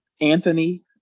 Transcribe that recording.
Anthony